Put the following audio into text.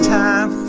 time